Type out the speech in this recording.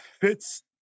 fits